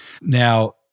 Now